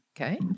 okay